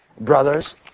Brothers